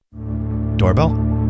doorbell